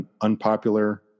unpopular